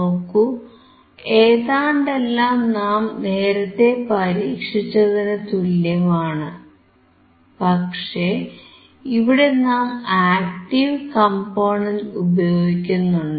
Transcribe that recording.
നോക്കൂ ഏതാണ്ടെല്ലാം നാം നേരത്തേ പരീക്ഷിച്ചതിനു തുല്യമാണ് പക്ഷേ ഇവിടെ നാം ആക്ടീവ് കംപോണന്റ് ഉപയോഗിക്കുന്നുണ്ട്